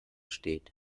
steht